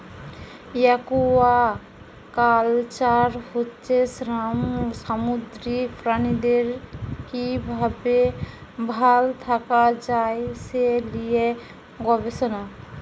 aquaculture হচ্ছে সামুদ্রিক প্রাণীদের কি ভাবে ভাল থাকা যায় সে লিয়ে গবেষণা